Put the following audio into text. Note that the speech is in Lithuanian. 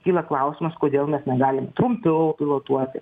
kyla klausimas kodėl mes negalim trumpiau pilotuoti